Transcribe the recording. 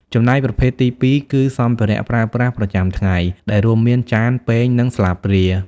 ចំណែកប្រភេទទីពីរគឺ សម្ភារៈប្រើប្រាស់ប្រចាំថ្ងៃ ដែលរួមមាន ចាន ពែង និងស្លាបព្រា។